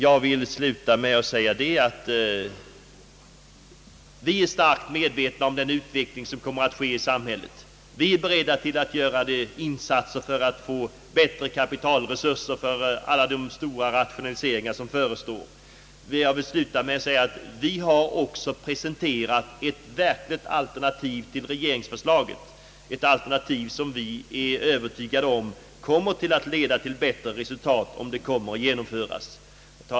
Jag vill sluta med att säga att vi är starkt medvetna om den utveckling som kommer att ske i samhället, och vi är beredda att göra de insatser som behövs för att få bättre kapitalresurser för alla de stora rationaliseringar som förestår. Vi har också presenterat ett verkligt alternativ till regeringsförslaget, ett alternativ som vi är övertygade om kommer att leda till bättre resultat, om det blir genomfört.